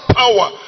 power